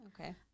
Okay